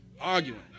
arguing